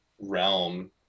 realm